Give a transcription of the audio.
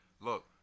Look